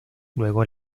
luego